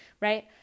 right